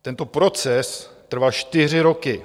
Tento proces trval čtyři roky.